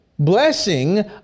blessing